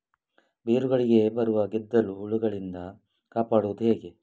ಬೇರುಗಳಿಗೆ ಬರುವ ಗೆದ್ದಲು ಹುಳಗಳಿಂದ ಕಾಪಾಡುವುದು ಹೇಗೆ?